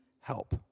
help